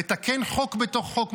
לתקן חוק בתוך חוק,